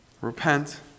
Repent